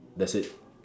that's it